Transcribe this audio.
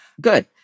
good